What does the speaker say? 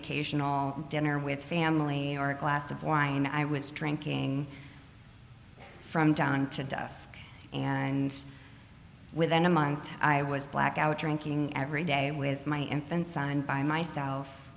occasional dinner with family or a glass of wine i was drinking from down to dusk and within a month i was blackout drinking every day with my infant son and by myself